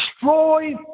destroy